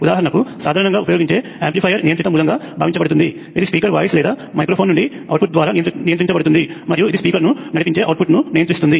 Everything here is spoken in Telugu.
ఉదాహరణకు సాధారణంగా ఉపయోగించే యాంప్లిఫైయర్ నియంత్రిత మూలంగా భావించబడుతుంది ఇది స్పీకర్ వాయిస్ లేదా మైక్రో ఫోన్ నుండి అవుట్పుట్ ద్వారా నియంత్రించబడుతుంది మరియు ఇది స్పీకర్ను నడిపించే అవుట్పుట్ను నియంత్రిస్తుంది